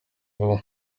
vuba